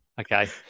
okay